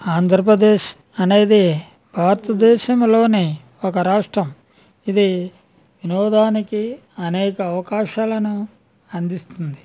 ఆంధ్రప్రదేశ్ అనేది భారతదేశంలోని ఒక రాష్ట్రం ఇది వినోదానికి అనేక అవకాశాలను అందిస్తుంది